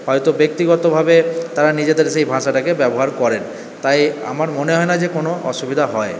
হয়তো ব্যক্তিগতভাবে তারা নিজেদের সেই ভাষাটাকে ব্যবহার করেন তাই আমার মনে হয় না যে কোনো অসুবিধা হয়